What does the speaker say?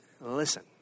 listen